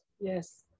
yes